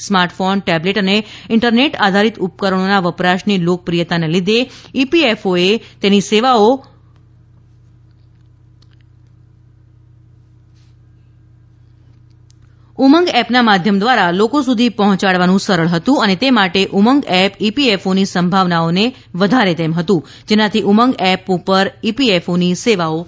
smart phone tablet અને internet આધારિત ઉપકરણોના વપરાશની લોકપ્રિયતાને લીધે ઇપીએફઓ એ તેની સેવાઓ માધ્યમ દ્વારા લોકો સુધી પહોંચાડવું સરળ હતું અને તે માટે ઉમંગ એપ ઇપીએફઓ ની સંભાવનાઓને વધારે તેમ હતું જેનાથી ઉમંગ એપ પર ઇપીએફઓની સેવાઓ શરૂ થઇ